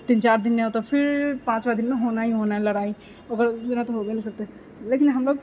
तीन चारि दिन नहि होतो फिर पाँचवा दिनमे होना ही होना है लड़ाइ ओकर बिना तऽ होबे नहि करतै लेकिन हमलोग